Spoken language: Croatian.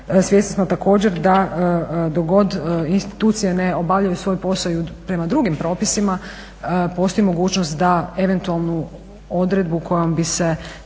svjesni smo također da dok god institucije ne obavljaju svoj posao i prema drugim propisima, postoji mogućnost da eventualnu odredbu kojom bi se